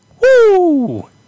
Woo